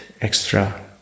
extra